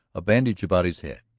a bandage about his head.